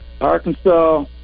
Arkansas